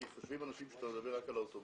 אנשים חושבים שאתה מדבר רק על האוטובוסים.